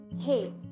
Hey